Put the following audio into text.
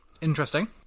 Interesting